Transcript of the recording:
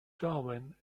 darwin